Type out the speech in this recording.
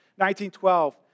19.12